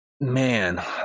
man